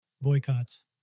Boycotts